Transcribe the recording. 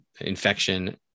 infection